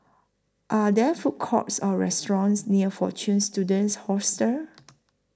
Are There Food Courts Or restaurants near Fortune Students Hostel